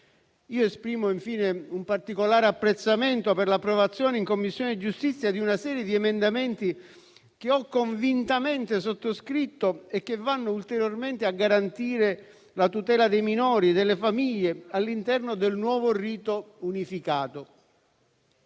Esprimo, infine, un particolare apprezzamento per l'approvazione in Commissione giustizia di una serie di emendamenti che ho convintamente sottoscritto e che vanno ulteriormente a garantire la tutela dei minori e delle famiglie all'interno del nuovo rito unificato.